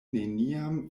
neniam